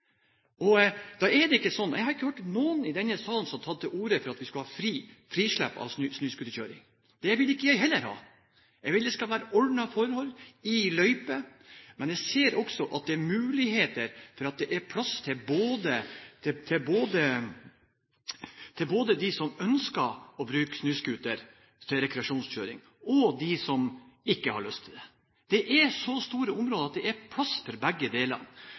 Finnmark. Da er jo det problemet løst. Poenget er jo at dette er det kommunestyrene som skal bestemme, ut ifra et nasjonalt regelverk. Det er ikke sånn. Jeg har ikke hørt noen i denne salen som har tatt til orde for at vi skal ha frislipp av snøscooterkjøring. Det vil ikke jeg heller ha. Jeg vil at det skal være ordnede forhold, i løyper, men jeg ser også at det er muligheter for at det er plass til både de som ønsker å bruke snøscooter til rekreasjonskjøring, og de som ikke har lyst til det. Det er så store områder at